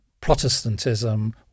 Protestantism